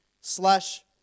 slash